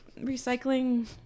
recycling